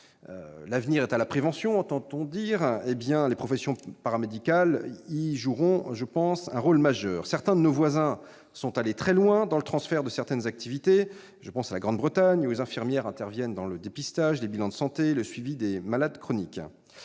l'avenir est à la prévention ; les professions paramédicales y joueront certainement un rôle majeur. Certains de nos voisins sont allés très loin dans le transfert de certaines activités médicales. Je pense à la Grande-Bretagne, où les infirmières interviennent dans le dépistage, les bilans de santé ou le suivi des malades chroniques.